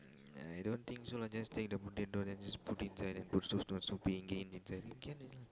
mm I don't think so lah just take the potato then just put inside then put soup soup soup ingredient inside then can already lah